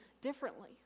differently